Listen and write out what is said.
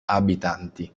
abitanti